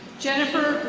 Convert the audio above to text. jennifer